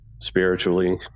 spiritually